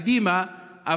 קדימה,